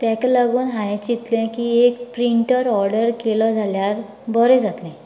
तेका लागून हांयेन चितलें की एक प्रिन्टर ऑर्डर केलो जाल्यार बरें जातलें